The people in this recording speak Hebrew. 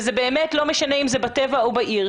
זה באמת לא משנה אם זה בטבע או בעיר.